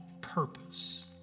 purpose